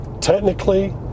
technically